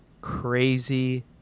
crazy